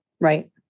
Right